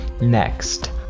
next